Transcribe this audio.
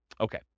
Okay